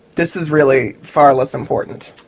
this is really far less important.